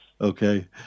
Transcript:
Okay